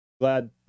glad